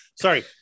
sorry